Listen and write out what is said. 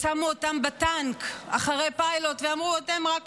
שמו אותן בטנק אחרי פיילוט, ואמרו: אתן רק